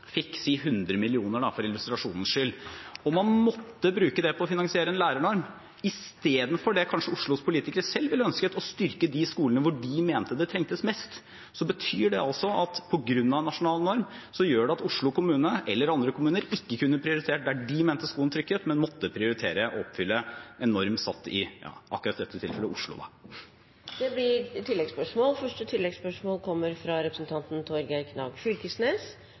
fikk la oss si 100 mill. kr, for illustrasjonens skyld, og man måtte bruke det på å finansiere en lærernorm istedenfor på det Oslos politikere selv kanskje ville ønsket, å styrke de skolene hvor de mente det trengtes mest, betyr det altså at Oslo kommune, eller andre kommuner, på grunn av en nasjonal norm ikke kunne prioritert der de mente skoen trykket, men måtte prioritere å oppfylle en norm satt i – i akkurat dette tilfellet – Oslo. Det blir oppfølgingsspørsmål – først Torgeir Knag Fylkesnes.